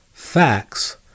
FACTS